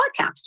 podcast